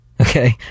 okay